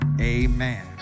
Amen